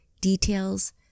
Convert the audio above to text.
details